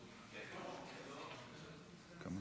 הוא